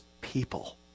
people